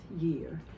year